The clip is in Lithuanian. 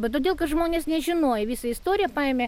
va todėl kad žmonės nežinojo visą istoriją paėmė